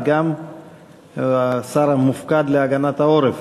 וגם השר המופקד על הגנת העורף,